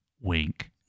Wink